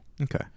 Okay